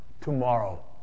tomorrow